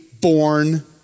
born